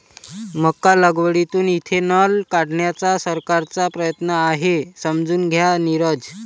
मका लागवडीतून इथेनॉल काढण्याचा सरकारचा प्रयत्न आहे, समजून घ्या नीरज